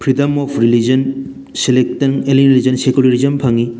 freedom of religion selection any religion secularism ꯐꯪꯉꯤ